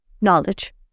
Knowledge